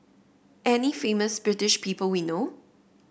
any famous British people we know